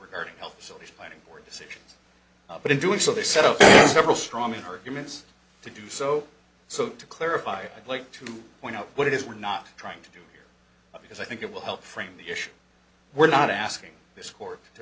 regarding health solution planning or decisions but in doing so they set up several strawman arguments to do so so to clarify i like to point out what it is we're not trying to do here because i think it will help frame the issue we're not asking this court